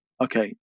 okay